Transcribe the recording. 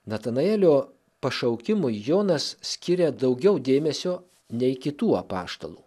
natanaelio pašaukimui jonas skiria daugiau dėmesio nei kitų apaštalų